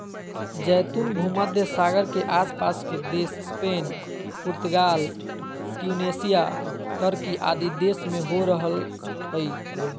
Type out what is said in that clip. जैतून भूमध्य सागर के आस पास के देश स्पेन, पुर्तगाल, ट्यूनेशिया, टर्की आदि देश में हो रहल हई